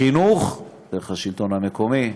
חינוך, דרך השלטון המקומי,